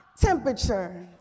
temperature